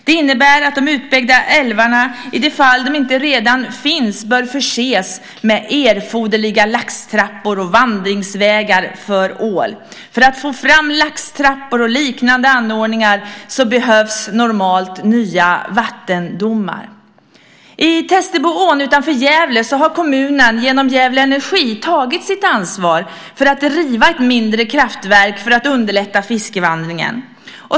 Det innebär att de utbyggda älvarna, i de fall det inte redan finns, bör förses med erforderliga laxtrappor och vandringsvägar för ål. För att få fram laxtrappor och liknande anordningar behövs normalt nya vattendomar. I Testeboån utanför Gävle har kommunen genom Gävle Energi tagit sitt ansvar för att riva ett mindre kraftverk för att underlätta fiskvandringen.